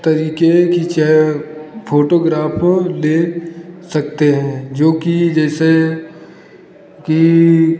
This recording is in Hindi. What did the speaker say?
तरीके की चाए फोटोग्राफी ले सकते हैं जो कि जैसे कि